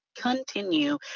continue